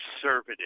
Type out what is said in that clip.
conservative